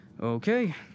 Okay